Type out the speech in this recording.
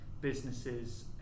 businesses